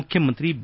ಮುಖ್ಯಮಂತ್ರಿ ಬಿ